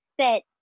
set